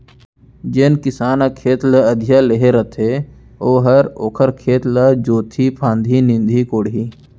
जेन किसान ह खेत ल अधिया लेहे रथे ओहर ओखर खेत ल जोतही फांदही, निंदही कोड़ही